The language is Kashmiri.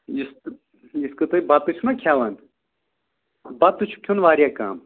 یہِ یِتھ کٲٹھۍ تُہۍ بَتہٕ ٲسِو نہ کھٮ۪وان بتہٕ تہٕ چھُ کھیوٚن واریاہ کَم